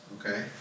okay